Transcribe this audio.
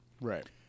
Right